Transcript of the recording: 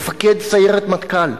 מפקד סיירת מטכ"ל.